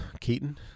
Keaton